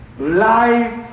Life